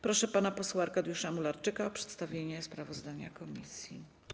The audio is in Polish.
Proszę pana posła Arkadiusza Mularczyka o przedstawienie sprawozdania komisji.